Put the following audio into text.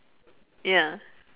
ya